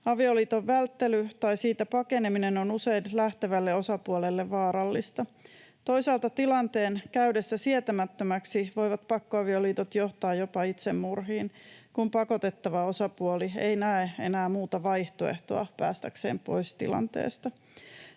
Avioliiton välttely tai siitä pakeneminen on usein lähtevälle osapuolelle vaarallista. Toisaalta tilanteen käydessä sietämättömäksi voivat pakkoavioliitot johtaa jopa itsemurhiin, kun pakotettava osapuoli ei näe enää muuta vaihtoehtoa päästäkseen pois tilanteesta.